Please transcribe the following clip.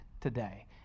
today